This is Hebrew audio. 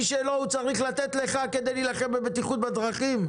שלו הוא צריך לתת לך כדי להילחם בבטיחות בדרכים?